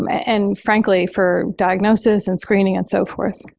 um and frankly for diagnosis, and screening, and so forth.